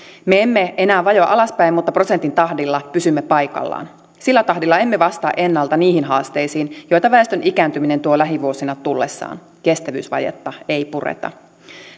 me emme enää vajoa alaspäin mutta prosentin tahdilla pysymme paikallamme sillä tahdilla emme vastaa ennalta niihin haasteisiin joita väestön ikääntyminen tuo lähivuosina tullessaan kestävyysvajetta ei pureta